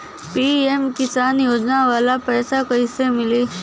PM Kisan योजना वाला पैसा कईसे मिली?